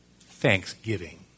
Thanksgiving